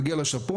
מגיע לה שאפו.